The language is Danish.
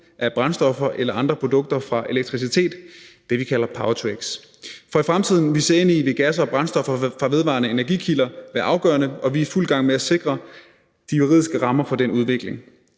af brændstoffer eller andre produkter fra elektricitet – det, vi kalder power-to-x. For i den fremtid, vi ser ind i, vil gasser og brændstoffer fra vedvarende energi-kilder være afgørende, og vi er i fuld gang med at sikre de juridiske rammer for den udvikling.